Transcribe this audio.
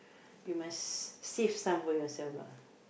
you must save some for yourself lah